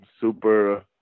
super